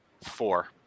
four